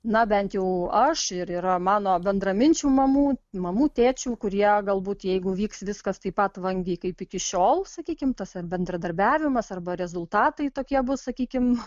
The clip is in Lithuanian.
na bent jau aš ir yra mano bendraminčių mamų mamų tėčių kurie galbūt jeigu vyks viskas taip pat vangiai kaip iki šiol sakykim tas bendradarbiavimas arba rezultatai tokie bus sakykim